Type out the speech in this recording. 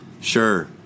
Sure